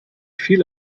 viel